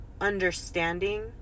understanding